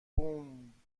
بوووم